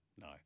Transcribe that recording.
No